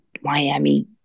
Miami